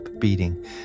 beating